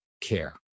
care